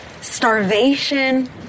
starvation